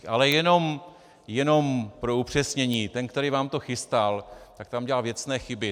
Ale jenom pro upřesnění, ten, který vám to chystal, tak tam udělal věcné chyby.